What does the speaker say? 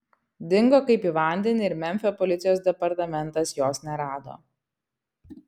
dingo kaip į vandenį ir memfio policijos departamentas jos nerado